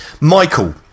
Michael